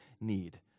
need